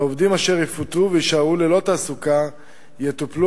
והעובדים אשר יפוטרו ויישארו ללא תעסוקה יטופלו